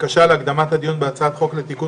בקשה להקדמת הדיון בהצעת חוק לתיקון